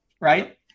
right